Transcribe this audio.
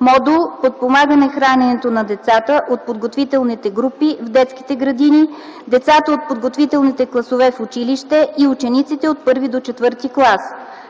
Модул „Подпомагане храненето на децата от подготвителните групи в детските градини, децата от подготвителните класове в училище и учениците от първи до четвърти клас”,